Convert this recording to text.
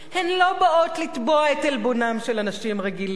הן לא באות לתבוע את עלבונם של אנשים רגילים.